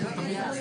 צהרים טובים